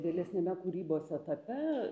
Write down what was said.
vėlesniame kūrybos etape